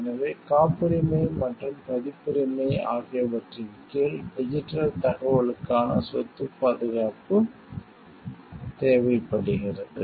எனவே காப்புரிமை மற்றும் பதிப்புரிமை ஆகியவற்றின் கீழ் டிஜிட்டல் தகவலுக்கான சொத்துப் பாதுகாப்பு தேவைப்படுகிறது